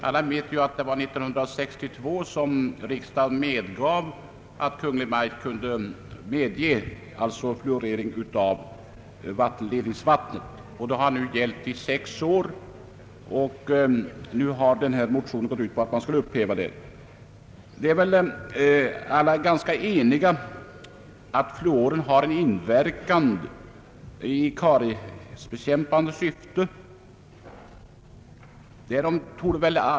Alla vet att riksdagen år 1962 medgav fluoridering av vattenledningsvatten. Fluorideringen har nu pågått i sex år, och i motionen begärs att lagen skall upphävas. Alla är väl ganska eniga om att fluor har en kariesbekämpande verkan.